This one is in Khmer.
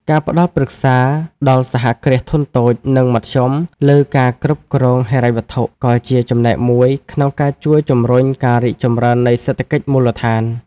ការផ្ដល់ប្រឹក្សាដល់សហគ្រាសធុនតូច និងមធ្យម លើការគ្រប់គ្រងហិរញ្ញវត្ថុ ក៏ជាចំណែកមួយក្នុងការជួយជម្រុញការរីកចម្រើននៃសេដ្ឋកិច្ចមូលដ្ឋាន។